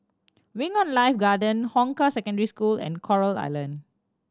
Wing On Life Garden Hong Kah Secondary School and Coral Island